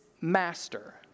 master